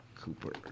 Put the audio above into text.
Cooper